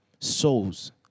souls